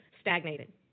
stagnated